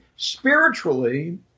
spiritually